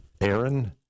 Aaron